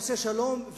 עושה שלום,